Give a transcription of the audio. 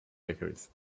bakeries